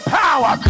power